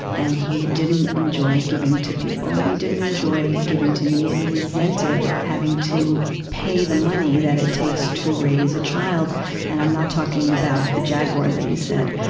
and he didn't enjoy giving to people. and he didn't enjoy giving to me, and he resented having to pay the money that it takes to raise a child and i'm not talking about the jaguar that you said.